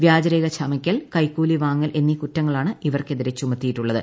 വ്യാജരേഖ ചമയ്ക്കൽ കൈക്കൂലിവാങ്ങൾ എന്നീ കുറ്റങ്ങളാണ് ഇവർക്കെതിരെ ചുമത്തിയിട്ടുളളത്